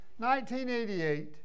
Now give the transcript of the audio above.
1988